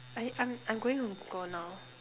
I I'm I'm going to go now